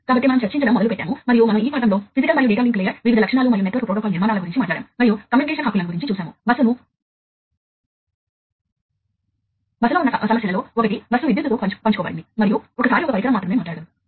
కాబట్టి మీకు point to point communication ఉంటే మీరు ఈ వైర్లన్నింటినీ కనెక్ట్ చేయాలి